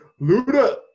Luda